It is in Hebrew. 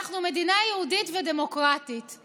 אנחנו מדינה יהודית ודמוקרטית,